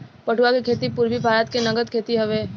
पटुआ के खेती पूरबी भारत के नगद खेती हवे